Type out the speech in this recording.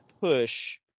push